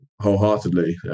wholeheartedly